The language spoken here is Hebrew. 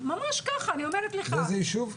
באיזה ישוב?